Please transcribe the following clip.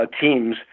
Teams